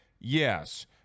Yes